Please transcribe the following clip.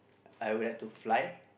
I would like to fly